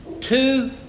two